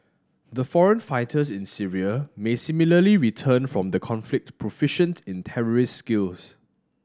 the foreign fighters in Syria may similarly return from the conflict proficient in terrorist skills